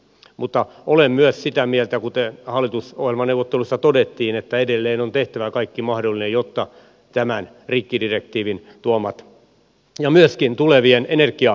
mutta olen myös sitä mieltä kuten hallitusohjelmaneuvotteluissa todettiin että edelleen on tehtävä kaikki mahdollinen jotta tämän rikkidirektiivin tuomat ja myöskin tulevien energia